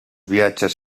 viatges